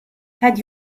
had